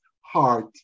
heart